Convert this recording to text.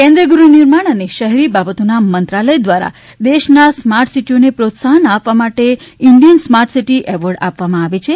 કેન્દ્રીય ગૃહ નિર્માણ અને શહેરી બાબતોના મંત્રાલય દ્વારા દેશના સ્માર્ટ સિટીઓને પ્રોત્સાહન આપવા માટે ઇન્ડિયન સ્માર્ટ સિટી એવોર્ડ આપવામાં આવે છે